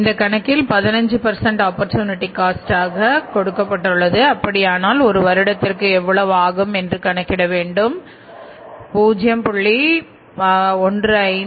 இந்த கணக்கில் 15 ஆப்பர்சூனிட்டி காட்டாக கொடுக்கப்பட்டுள்ளது அப்படியானால் ஒரு வருடத்திற்கு எவ்வளவு ஆகும் என்று கணக்கிட வேண்டும் 0